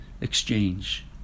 exchange